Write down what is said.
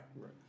Right